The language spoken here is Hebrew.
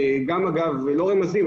ואגב לא ברמזים,